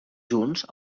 junts